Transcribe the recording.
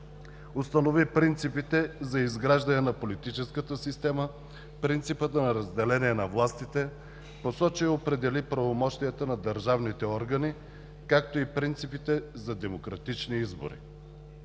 Установи принципите за изграждане на политическата система, принципа на разделение на властите, посочи и определи правомощията на държавните органи, както и принципите за демократични избори.